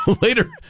Later